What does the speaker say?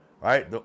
right